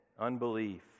unbelief